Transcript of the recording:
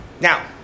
Now